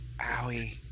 Owie